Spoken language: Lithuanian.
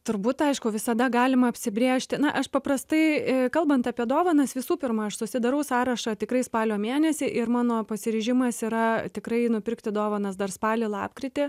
turbūt aišku visada galima apsibrėžti na aš paprastai kalbant apie dovanas visų pirma aš susidarau sąrašą tikrai spalio mėnesį ir mano pasiryžimas yra tikrai nupirkti dovanas dar spalį lapkritį